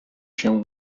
się